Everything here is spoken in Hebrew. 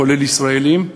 כולל ישראלים,